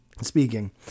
speaking